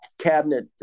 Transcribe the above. cabinet